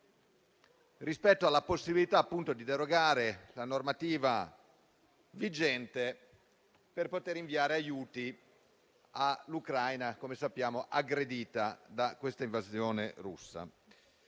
rispetto alla possibilità di derogare la normativa vigente per poter inviare aiuti all'Ucraina aggredita dall'invasione russa.